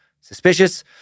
Suspicious